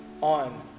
on